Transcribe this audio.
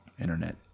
internet